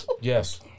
Yes